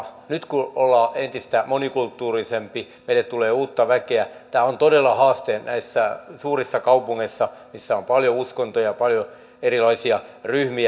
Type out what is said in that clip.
nyt kun ollaan entistä monikulttuurisempia meille tulee uutta väkeä tämä on todella haaste näissä suurissa kaupungeissa missä on paljon uskontoja paljon erilaisia ryhmiä